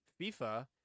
FIFA